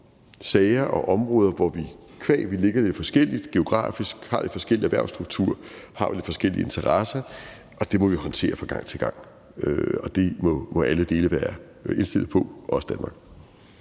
sager og være områder, hvor vi, qua at vi ligger forskelligt geografisk og har en forskellig erhvervsstruktur, har forskellige interesser, og det må vi håndtere fra gang til gang. Og det må alle dele være indstillet på, også Danmark.